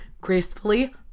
gracefully